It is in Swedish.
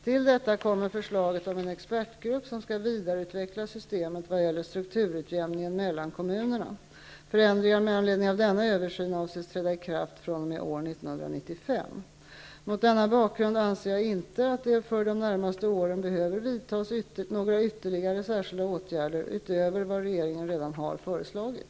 Till detta kommer förslaget om en expertgrupp som skall vidareutveckla systemet vad gäller strukturutjämningen mellan kommunerna. Mot denna bakgrund anser jag inte att det för de närmaste åren behöver vidtas några ytterligare särskilda åtgärder utöver vad regeringen har föreslagit.